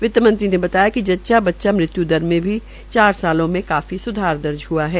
वित्तमंत्री ने बताया कि जज्चा बच्चा मृत्यू दर में भी चार सालों में सुधार दर्ज हआ है